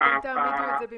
אתם תעמידו את זה במקומן?